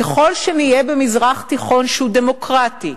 ככל שנהיה במזרח תיכון שהוא דמוקרטי,